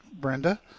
Brenda